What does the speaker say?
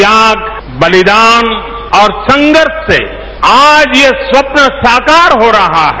त्याग बलिदान और संघर्ष से आज ये स्वप्न साकार हो रहा है